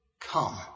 come